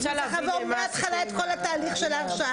הוא צריך לעבור מההתחלה את כל התהליך של ההרשאה.